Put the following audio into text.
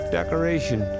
Decoration